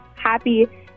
happy